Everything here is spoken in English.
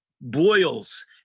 boils